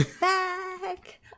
back